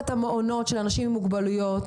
למשל המעונות של אנשים עם מוגבלויות.